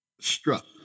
struck